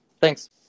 Thanks